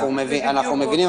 אנחנו מבינים,